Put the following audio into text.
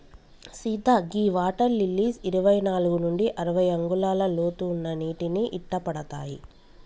సీత గీ water lilies ఇరవై నాలుగు నుండి అరవై అంగుళాల లోతు ఉన్న నీటిని ఇట్టపడతాయి